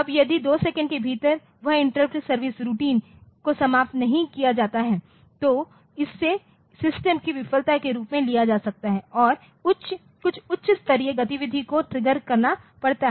अब यदि 2 सेकंड के भीतर वह इंटरप्ट सर्विस रूटीन को समाप्त नहीं किया जाता है तो इसे सिस्टम की विफलता के रूप में लिया जा सकता है और कुछ उच्च स्तरीय गतिविधि को ट्रिगर करना पड़ता है